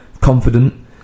confident